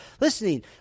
Listening